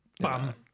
Bum